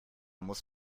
muss